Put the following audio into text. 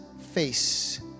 face